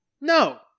no